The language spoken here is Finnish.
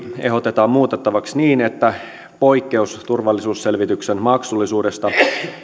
ehdotetaan muutettavaksi niin että poikkeus turvallisuusselvityksen maksullisuudesta